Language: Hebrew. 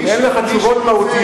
אם אין לך תשובות מהותיות,